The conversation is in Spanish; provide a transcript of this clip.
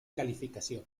calificación